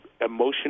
emotion